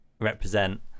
represent